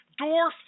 Dwarf